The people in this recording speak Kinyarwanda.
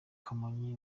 kamonyi